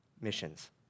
missions